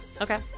Okay